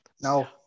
No